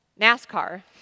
NASCAR